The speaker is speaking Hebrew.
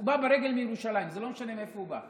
הוא ברגל מירושלים, זה לא משנה מאיפה הוא בא.